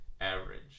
average